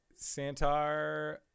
Santar